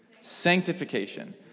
sanctification